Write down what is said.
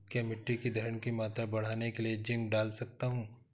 क्या मिट्टी की धरण की मात्रा बढ़ाने के लिए जिंक डाल सकता हूँ?